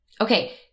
Okay